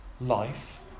Life